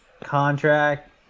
contract